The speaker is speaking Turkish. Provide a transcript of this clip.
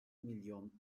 milyon